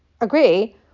agree